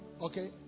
okay